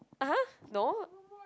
(uh huh) no